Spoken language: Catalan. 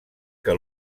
que